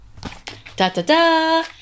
Da-da-da